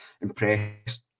Impressed